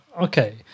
Okay